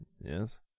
Yes